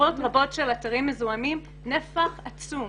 עשרות רבות של אתרים מזוהמים שזה נפח עצום.